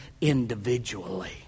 individually